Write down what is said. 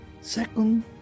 Second